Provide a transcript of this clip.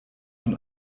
von